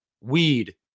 weed